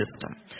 system